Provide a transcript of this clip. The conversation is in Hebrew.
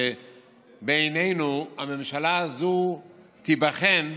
שבעינינו הממשלה הזו תיבחן,